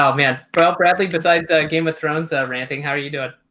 um man, rob bradley. besides game of thrones ranting how are you doing?